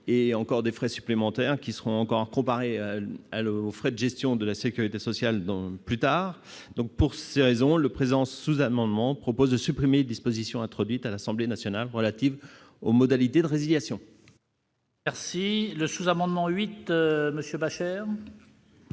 et des frais supplémentaires, qui seront encore comparés aux frais de gestion de la sécurité sociale. C'est pourquoi le présent sous-amendement tend à supprimer les dispositions introduites à l'Assemblée nationale relatives aux modalités de résiliation. Le sous-amendement n° 8, présenté